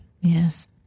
Yes